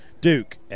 Duke